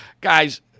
Guys